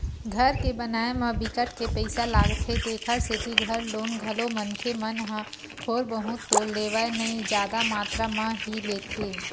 घर के बनाए म बिकट के पइसा लागथे तेखर सेती घर लोन घलो मनखे मन ह थोर बहुत तो लेवय नइ जादा मातरा म ही लेथे